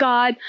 God